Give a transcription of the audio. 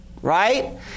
Right